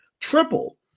triple